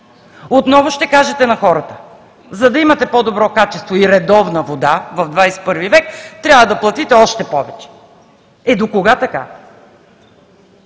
Отново ще кажете на хората: за да имате по-добро качество и редовна вода в ХХI век, трябва да платите още повече. Е, докога така?